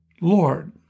Lord